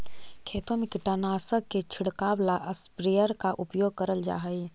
खेतों में कीटनाशक के छिड़काव ला स्प्रेयर का उपयोग करल जा हई